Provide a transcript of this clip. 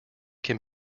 can